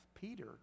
peter